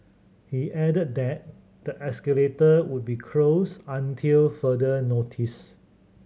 he added that the escalator would be closed until further notice